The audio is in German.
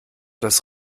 das